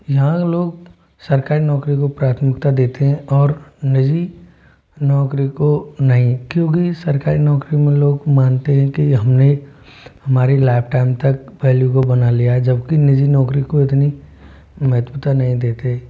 यहाँ लोग सरकारी नौकरी को प्राथमिकता देते हैं और निजी नौकरी को नहीं क्योंकि सरकारी नौकरी में लोग मानते हैं कि हमने हमारी लाइफ टाइम तक वैल्यू को बना लिया है जबकि निजी नौकरी को इतनी महत्वतता नहीं देते